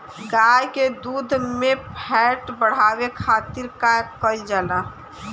गाय के दूध में फैट बढ़ावे खातिर का कइल जाला?